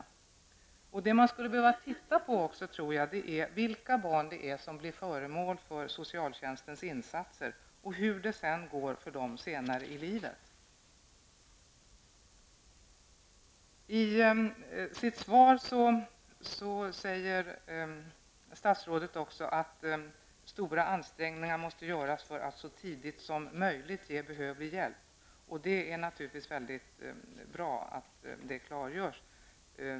Jag tror att man skulle behöva undersöka vilka barn det är som blir föremål för socialtjänstens insatser och hur det sedan går för dem senare i livet. Statsrådet säger också i sitt svar att stora ansträngningar måste göras för att så tidigt som möjligt ge behövlig hjälp. Det är naturligtvis mycket bra att detta klargörs.